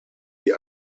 die